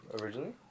originally